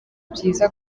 byiza